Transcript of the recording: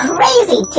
Crazy